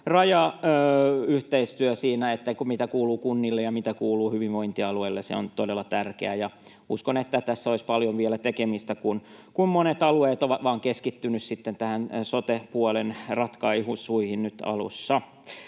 rajayhteistyö siinä, se, mitä kuuluu kunnille ja mitä kuuluu hyvinvointialueille, on todella tärkeää. Ja uskon, että tässä olisi paljon vielä tekemistä, kun monet alueet ovat keskittyneet vain sote-puolen ratkaisuihin nyt alussa.